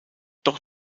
doch